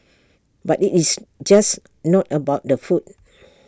but IT is just not about the food